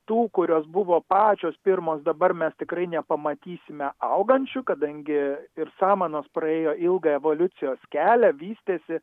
tų kurios buvo pačios pirmos dabar mes tikrai nepamatysime augančių kadangi ir samanos praėjo ilgą evoliucijos kelią vystėsi